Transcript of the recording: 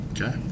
Okay